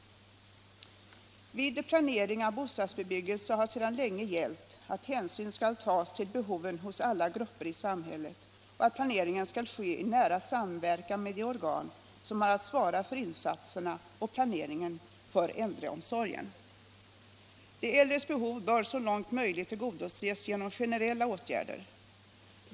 Vid planering av bostadsbebyggelse har sedan länge gällt att hänsyn skall tas till behoven hos alla grupper i samhället och att planeringen skall ske i nära samverkan med de organ som har att svara för insatserna och planeringen för äldreomsorgen. De äldres behov bör så långt möjligt tillgodoses genom generella åtgärder.